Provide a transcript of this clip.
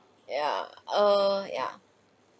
yeah err yeah